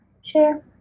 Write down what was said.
share